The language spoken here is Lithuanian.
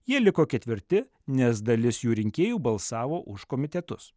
jie liko ketvirti nes dalis jų rinkėjų balsavo už komitetus